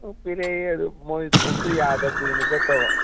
ꯄꯤꯔꯛꯏ ꯑꯗꯨ ꯃꯣꯏ ꯈꯣꯡꯎꯞꯇꯨ ꯌꯥꯗꯕ ꯀꯨꯏꯅ ꯆꯠꯇꯕ